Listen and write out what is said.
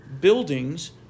buildings